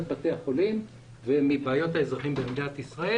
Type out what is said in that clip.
בתי החולים ומבעיות האזרחים במדינת ישראל.